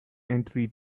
entry